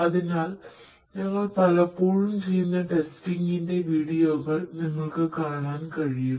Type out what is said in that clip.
അതിനാൽ ഞങ്ങൾ പലപ്പോഴും ചെയ്യുന്ന ടെസ്റ്റിംഗിന്റെ വീഡിയോകൾ നിങ്ങൾക്ക് കാണാൻ കഴിയും